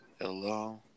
Hello